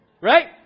Right